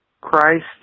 Christ